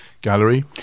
Gallery